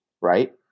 right